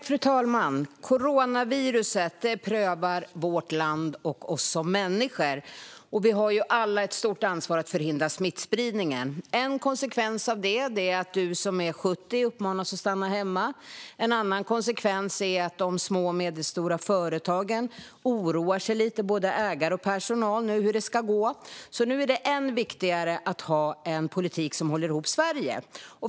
Fru talman! Coronaviruset prövar vårt land och oss som människor. Vi har alla ett stort ansvar att förhindra smittspridningen. En konsekvens av det är att du som är över 70 år uppmanas att stanna hemma. En annan konsekvens är att de små och medelstora företagen oroar sig lite grann, både ägare och personal, för hur det ska gå. Därför är det nu än viktigare att ha en politik som håller ihop Sverige.